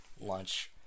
lunch